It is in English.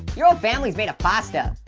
your whole family's made of pasta.